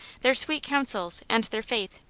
their sweet counsels and their faith.